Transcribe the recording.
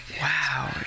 Wow